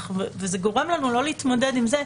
וזה גורם לנו לא להתמודד עם זה.